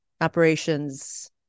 operations